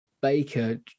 Baker